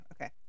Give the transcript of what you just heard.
okay